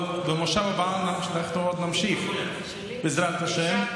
אבל במושב הבא אנחנו עוד נמשיך, בעזרת השם.